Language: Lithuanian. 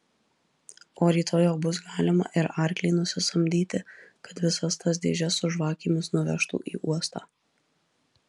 o rytoj jau bus galima ir arklį nusisamdyti kad visas tas dėžes su žvakėmis nuvežtų į uostą